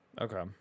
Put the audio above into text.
Okay